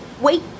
wait